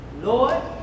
Lord